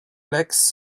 legs